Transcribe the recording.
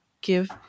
give